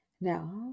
Now